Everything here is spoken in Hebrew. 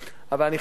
אבל אני חייב לומר,